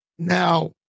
Now